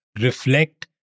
reflect